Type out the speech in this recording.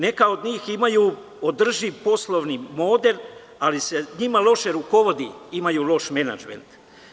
Neka od njih imaju održiv poslovni model, ali se njima loše rukovodi, imaju loš menadžment.